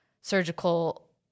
surgical